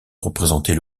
représenter